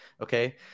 Okay